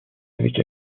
avec